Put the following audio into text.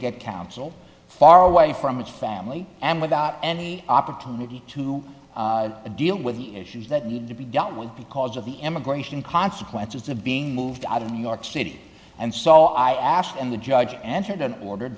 get counsel far away from his family and without any opportunity to deal with the issues that need to be dealt with because of the immigration consequences of being moved out of new york city and so i asked and the judge answered an order